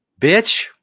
bitch